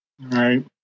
right